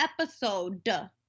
episode